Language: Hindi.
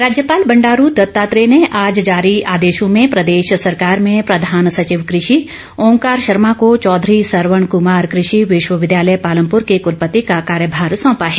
कुलपति राज्यपाल बंडारू दत्तात्रेय ने आज जारी आदेशों में प्रदेश सरकार में प्रधान सचिव कृषि ओंकार शर्मा को चौधरी सरवण कमार कषि विश्वविद्यालय पालमपुर के कलपति का कार्यभार सौंपा है